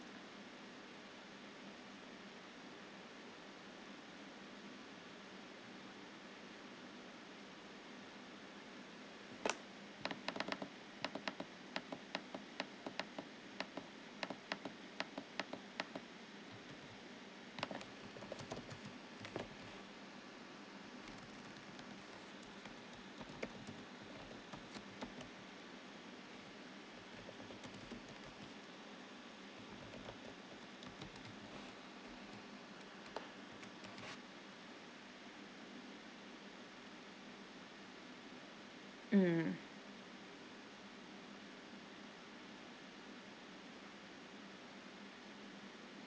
mm